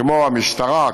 כמו המשטרה,